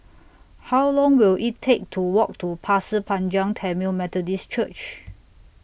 How Long Will IT Take to Walk to Pasir Panjang Tamil Methodist Church